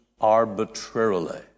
arbitrarily